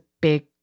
big